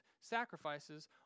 sacrifices